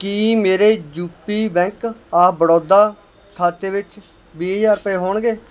ਕੀ ਮੇਰੇ UP bank of Baroda ਖਾਤੇ ਵਿੱਚ ਵੀਹ ਹਜ਼ਾਰ ਰੁਪਏ ਹੋਣਗੇ